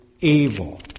evil